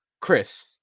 Chris